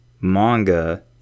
manga